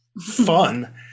fun